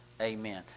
Amen